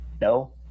No